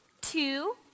two